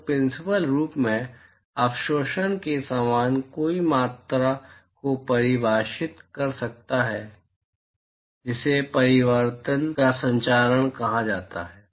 तो प्रिंसिपल रूप में अवशोषण के समान कोई मात्रा को परिभाषित कर सकता है जिसे परावर्तन और संचारण कहा जाता है